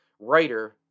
Writer